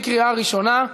לקריאה ראשונה.